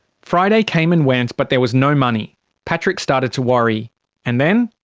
friday came and went but there was no money. patrick started to worry. and then,